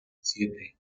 siete